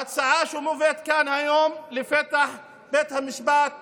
ההצעה שמובאת כאן היום על בית המשפט העליון,